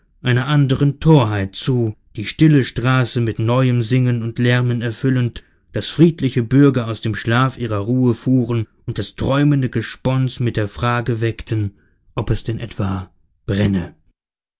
einer anderen torheit zu die stille straße mit neuem singen und lärmen erfühlend daß friedliche bürger aus dem schlaf ihrer ruhe fuhren und das träumende gespons mit der frage weckten ob es denn etwa brenne